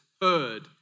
heard